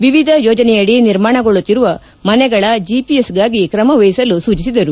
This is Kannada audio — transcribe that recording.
ವಿವಿಧ ಯೋಜನೆಯಡಿ ನಿರ್ಮಾಣಗೊಳ್ಳುತ್ತಿರುವ ಮನೆಗಳ ಜೆಪಿಎಸ್ಗಾಗಿ ಕ್ರಮ ವಹಿಸಲು ಸೂಚಿಸಿದರು